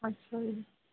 ਅੱਛਾ ਜੀ